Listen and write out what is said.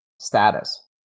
status